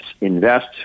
invest